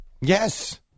yes